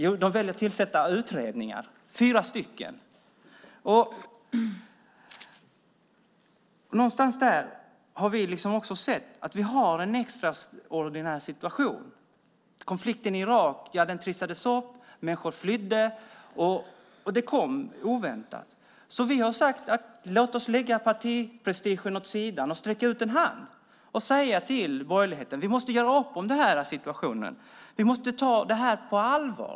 Man väljer att tillsätta utredningar, fyra stycken. Vi har sett att vi har en extraordinär situation. Konflikten i Irak trissades upp. Människor flydde och kom oväntat. Låt oss lägga partiprestigen åt sidan och sträcka ut en hand och säga till borgerligheten att vi måste göra upp om den här situationen. Vi måste ta detta på allvar.